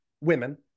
women